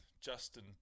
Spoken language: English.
Justin